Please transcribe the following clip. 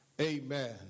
amen